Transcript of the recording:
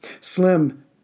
Slim